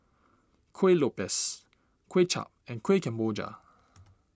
Kuih Lopes Kway Chap and Kueh Kemboja